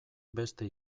beste